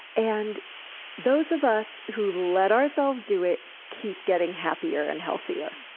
and those of us who let ourselves do it keep getting happier and healthier,